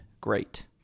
great